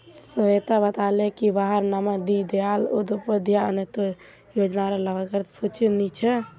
स्वेता बताले की वहार नाम दीं दयाल उपाध्याय अन्तोदय योज्नार लाभार्तिर सूचित नी छे